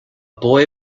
boy